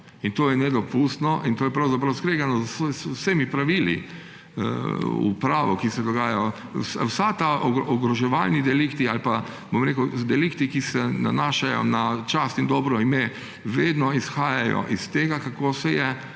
In to je nedopustno, in to je pravzaprav skregano z vsemi pravili v pravu. Ogroževalni delikti ali pa delikti, ki se nanašajo na čast in dobro ime, vedno izhajajo iz tega, kako se je